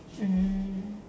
mm